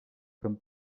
comme